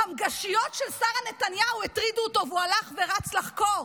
החמגשיות של שרה נתניהו הטרידו אותו והוא הלך ורץ לחקור,